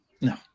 No